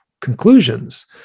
conclusions